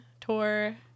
tour